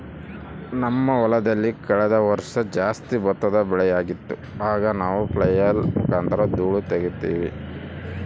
ನಮ್ಮ ಹೊಲದಲ್ಲಿ ಕಳೆದ ವರ್ಷ ಜಾಸ್ತಿ ಭತ್ತದ ಬೆಳೆಯಾಗಿತ್ತು, ಆಗ ನಾವು ಫ್ಲ್ಯಾಯ್ಲ್ ಮುಖಾಂತರ ಧೂಳು ತಗೀತಿವಿ